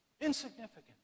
Insignificant